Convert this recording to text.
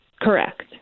Correct